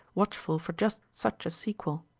watchful for just such a sequel.